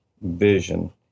vision